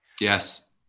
Yes